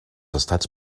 estats